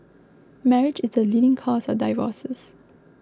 marriage is the leading cause of divorces